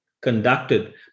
conducted